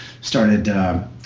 started